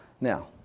Now